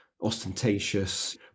ostentatious